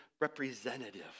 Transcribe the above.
representative